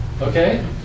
okay